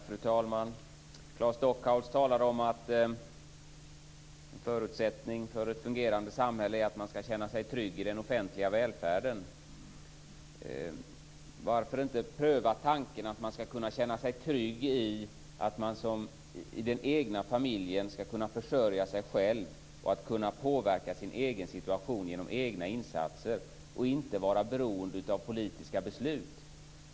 Fru talman! Claes Stockhaus talade om att en förutsättning för ett fungerande samhälle är att man skall känna sig trygg i den offentliga välfärden. Varför inte pröva tanken att man skall kunna känna sig trygg i att man i den egna familjen skall kunna försörja sig själv och påverka sin situation genom egna insatser och inte vara beroende av politiska beslut?